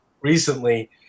recently